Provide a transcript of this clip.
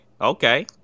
Okay